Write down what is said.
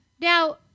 Now